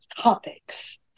topics